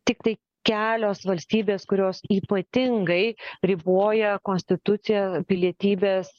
tiktai kelios valstybės kurios ypatingai riboja konstitucija pilietybės